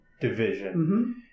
division